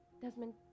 desmond